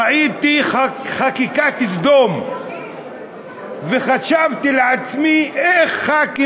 ראיתי חקיקת סדום וחשבתי לעצמי: איך חברי